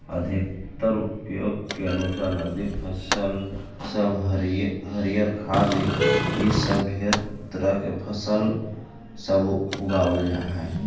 अधिकतर उपयोग के अनुसार नकदी फसल सब हरियर खाद्य इ सब ढेर तरह के फसल सब उगाबल जा हई